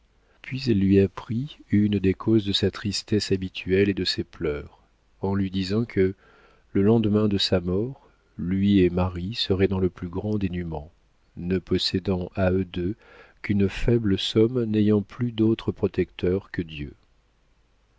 puis elle lui apprit une des causes de sa tristesse habituelle et de ses pleurs en lui disant que le lendemain de sa mort lui et marie seraient dans le plus grand dénûment ne possédant à eux deux qu'une faible somme n'ayant plus d'autre protecteur que dieu